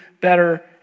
better